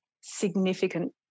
significant